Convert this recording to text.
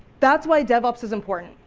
that's why devops is important.